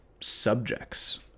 subjects